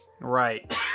Right